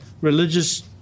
religious